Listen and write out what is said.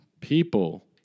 People